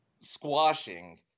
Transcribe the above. squashing